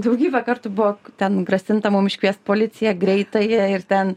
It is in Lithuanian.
daugybę kartų buvo ten grasinta mum iškviest policiją greitąją ir ten